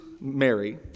Mary